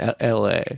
la